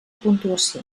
puntuació